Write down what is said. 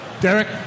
Derek